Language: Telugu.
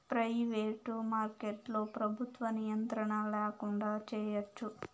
ప్రయివేటు మార్కెట్లో ప్రభుత్వ నియంత్రణ ల్యాకుండా చేయచ్చు